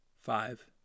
Five